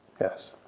yes